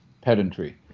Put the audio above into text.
pedantry